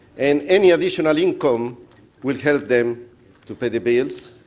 in any additional income will help them to pay the bills,